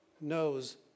knows